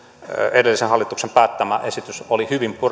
edellisen hallituksen päättämä esitys oli hyvin